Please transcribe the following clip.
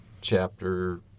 chapter